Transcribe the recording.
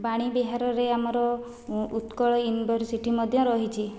ବାଣୀବିହାରରେ ଆମର ଉତ୍କଳ ୟୁନିଭରସିଟି ମଧ୍ୟ ରହିଛି